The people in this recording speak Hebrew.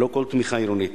ללא כל תמיכה עירונית.